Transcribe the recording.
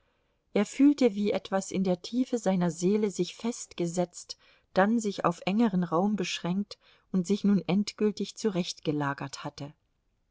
er fühlte wie etwas in der tiefe seiner seele sich festgesetzt dann sich auf engeren raum beschränkt und sich nun endgültig zurechtgelagert hatte